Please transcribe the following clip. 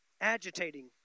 Agitating